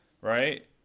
right